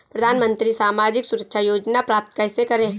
प्रधानमंत्री सामाजिक सुरक्षा योजना प्राप्त कैसे करें?